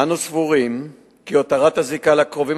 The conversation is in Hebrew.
אנו סבורים כי הותרת הזיקה לקרובים